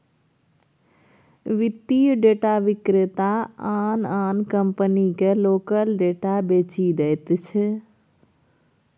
वित्तीय डेटा विक्रेता आन आन कंपनीकेँ लोकक डेटा बेचि दैत छै